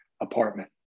apartment